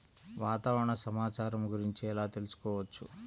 వాతావరణ సమాచారము గురించి ఎలా తెలుకుసుకోవచ్చు?